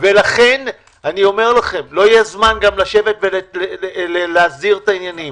לכן גם לא יהיה זמן לשבת ולהסדיר את העניינים.